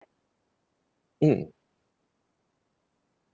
mm